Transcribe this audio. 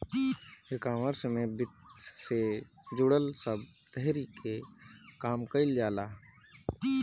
ecommerce में वित्त से जुड़ल सब तहरी के काम कईल जाला